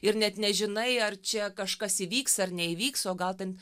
ir net nežinai ar čia kažkas įvyks ar neįvyks o gal ten